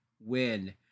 win